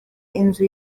inzu